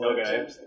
Okay